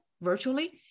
virtually